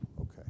okay